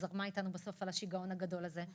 שזרמה אתנו בסוף על השיגעון הגדול הזה,